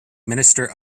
minister